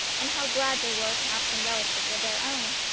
and how glad they were to have some relatives of their own.